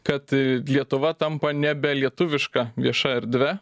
kad lietuva tampa nebe lietuviška vieša erdve